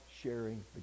sharing